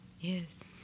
Yes